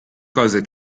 cose